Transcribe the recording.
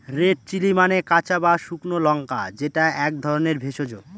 red chilli মানে কাঁচা বা শুকনো লঙ্কা যেটা এক ধরনের ভেষজ